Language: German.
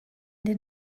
den